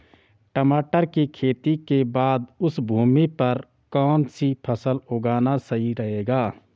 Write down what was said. टमाटर की खेती के बाद उस भूमि पर कौन सी फसल उगाना सही रहेगा?